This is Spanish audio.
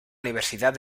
universidad